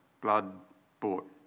blood-bought